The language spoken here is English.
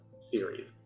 series